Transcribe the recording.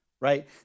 right